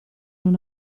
non